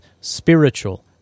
spiritual